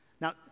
Now